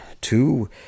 two